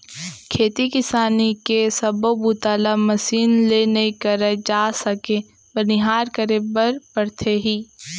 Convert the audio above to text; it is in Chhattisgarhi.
खेती किसानी के सब्बो बूता ल मसीन ले नइ करे जा सके बनिहार करे बर परथे ही